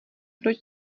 proč